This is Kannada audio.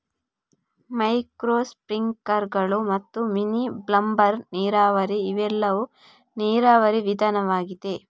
ಮೈಕ್ರೋ ಸ್ಪ್ರಿಂಕ್ಲರುಗಳು ಮತ್ತು ಮಿನಿ ಬಬ್ಲರ್ ನೀರಾವರಿ ಇವೆಲ್ಲವೂ ನೀರಾವರಿ ವಿಧಾನಗಳಾಗಿವೆ